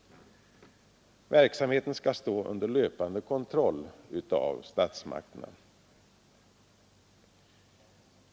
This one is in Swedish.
Verksamheten skall stå under löpande kontroll av statsmakterna.